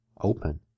open